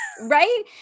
Right